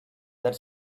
that